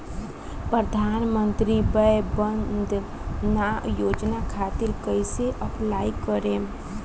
प्रधानमंत्री वय वन्द ना योजना खातिर कइसे अप्लाई करेम?